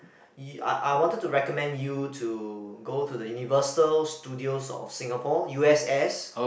I I wanted to recommend you to go to the Universal Studios of Singapore U_S_S